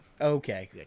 okay